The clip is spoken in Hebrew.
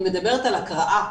אני מדברת על הקראה.